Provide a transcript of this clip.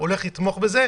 הוא הולך לתמוך בזה.